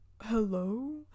hello